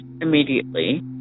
immediately